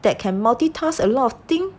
that can multitask a lot of thing